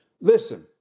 listen